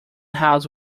house